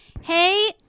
hey